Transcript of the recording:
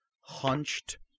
hunched